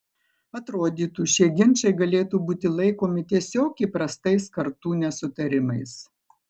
atrodytų šie ginčai galėtų būti laikomi tiesiog įprastais kartų nesutarimais